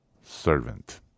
servant